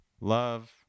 love